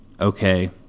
okay